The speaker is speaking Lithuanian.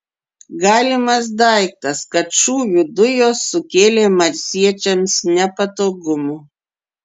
galimas daiktas kad šūvių dujos sukėlė marsiečiams nepatogumų